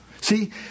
See